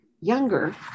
younger